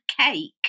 cake